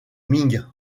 ming